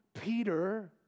Peter